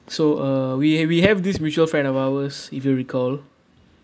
so uh we we have this mutual friend of ours if you recall